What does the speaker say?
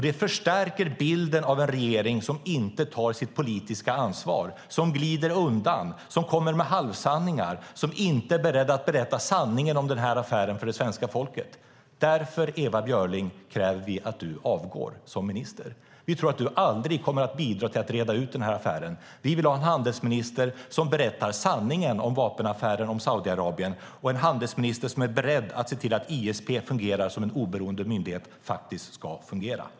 Det förstärker bilden av en regering som inte tar sitt politiska ansvar, som glider undan, som kommer med halvsanningar och som inte är beredd att berätta sanningen om denna affär för svenska folket. Därför, Ewa Björling, kräver vi att du avgår som minister. Vi tror inte att du någonsin kommer att bidra till att reda ut denna affär. Vi vill ha en handelsminister som berättar sanningen om vapenaffären med Saudiarabien och en handelsminister som är beredd att se till att ISP fungerar som en oberoende myndighet ska fungera.